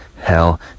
hell